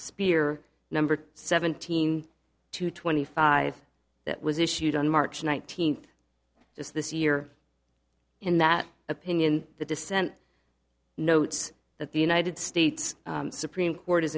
spear number seventeen to twenty five that was issued on march nineteenth just this year in that opinion the dissent notes that the united states supreme court is